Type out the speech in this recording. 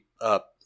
up